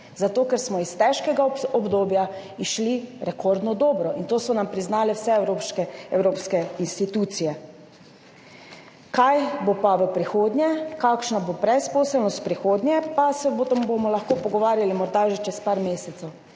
zato ker smo iz težkega obdobja izšli rekordno dobro in to so nam priznale vse evropske institucije. Kaj bo pa v prihodnje, kakšna bo brezposelnost v prihodnje, pa se bomo lahko pogovarjali morda že čez par mesecev.